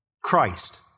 Christ